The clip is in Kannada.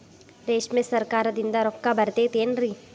ರೇಷ್ಮೆಗೆ ಸರಕಾರದಿಂದ ರೊಕ್ಕ ಬರತೈತೇನ್ರಿ?